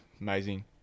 amazing